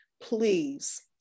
please